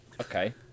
okay